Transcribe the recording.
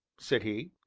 said he.